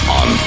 on